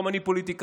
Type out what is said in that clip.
גם אני פוליטיקאי.